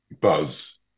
buzz